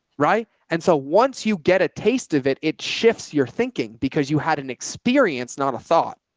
right. and so once you get a taste of it, it shifts your thinking because you had an experience, not a thought,